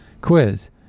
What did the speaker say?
Quiz